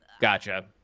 gotcha